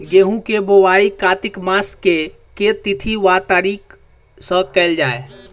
गेंहूँ केँ बोवाई कातिक मास केँ के तिथि वा तारीक सँ कैल जाए?